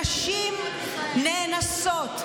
נשים נאנסות,